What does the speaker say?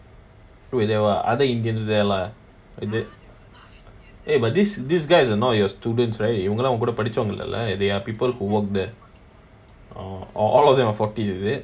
wait then were other indians there lah eh but this this guy is not your students right இவங்க எல்லாம் உன் கூட படிச்சவங்க ல:wanga ellam un kooda padichawanga la they are people who work there orh all of them are forty is it